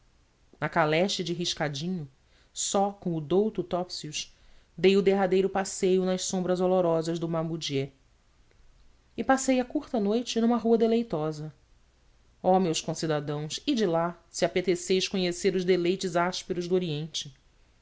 na caleche de riscadinho só com o douto topsius dei o derradeiro passeio nas sombras olorosas do mamudiê e passei a curta noite numa rua deleitosa oh meus concidadãos ide lá se apeteceis conhecer os deleites ásperos do oriente